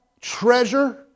treasure